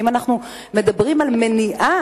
כי אם אנחנו מדברים על מניעה,